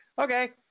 Okay